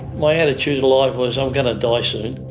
my attitude to life was i'm going to die soon,